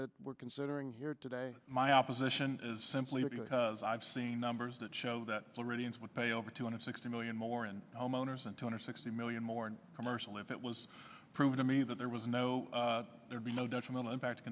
that we're considering here today my opposition is simply because i've seen numbers that show that floridians would pay over two hundred sixty million more in homeowners and two hundred sixty million more commercial if it was proven to me that there was no there'd be no detrimental impact t